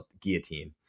guillotine